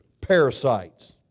parasites